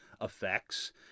effects